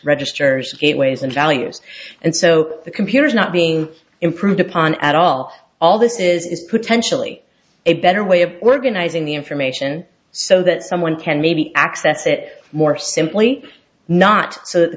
registers gateways and values and so the computer is not being improved upon at all all this is potentially a better way of organizing the information so that someone can maybe access it more simply not so th